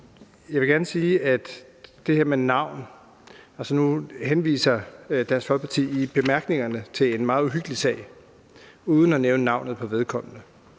forbindelse med det her med navn. Nu henviser Dansk Folkeparti i bemærkningerne til en meget uhyggelig sag uden at nævne navnet på vedkommende.